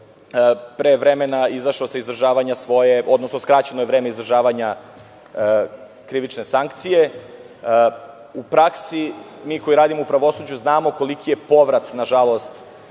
pre vremena izašao sa izdržavanja svoje, odnosno skraćeno je vreme izdržavanja krivične sankcije. U praksi, mi koji radimo u pravosuđu znamo koliki je povrat, nažalost,